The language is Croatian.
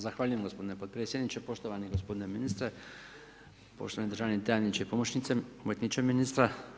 Zahvaljujem gospodine podpredsjedniče, poštovani gospodine ministre, poštovani državni tajniče, pomoćniče ministra.